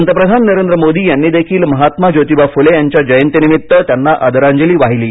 पंतप्रधान नरेंद्र मोदी यांनीदेखील महात्मा ज्योतिबा फुले यांच्या जयंतीनिमित्त त्यांना आदरांजली वाहिली आहे